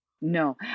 No